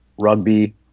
rugby